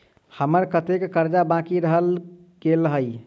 हम्मर कत्तेक कर्जा बाकी रहल गेलइ?